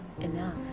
Enough